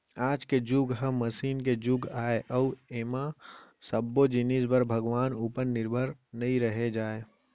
आज के जुग ह मसीन के जुग आय अउ ऐमा सब्बो जिनिस बर भगवान उपर निरभर नइ रहें जाए